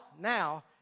now